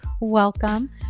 welcome